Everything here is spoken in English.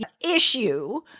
issue